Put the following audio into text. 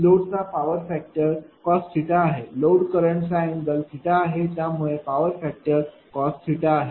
लोडचा power factor cos आहे load current चा अँगल आहे त्यामुळे पॉवर फॅक्टर cos आहे